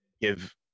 give